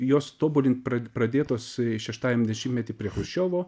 jos tobulint pradėtos šeštajam dešimtmety prie chruščiovo